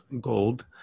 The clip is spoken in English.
gold